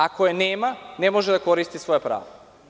Ako je nema, ne može da koristi svoja prava.